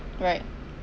right